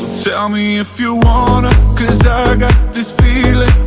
tell me if you wanna cause i got this feeling